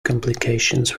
complications